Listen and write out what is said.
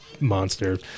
monster